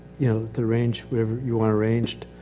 you know, to arrange whatever you want arranged.